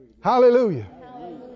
Hallelujah